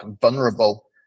vulnerable